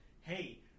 hey